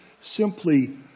simply